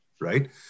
right